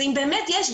זה אם באמת יש,